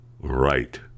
Right